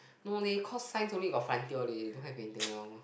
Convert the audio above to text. no leh cause science only got frontier don't have anything else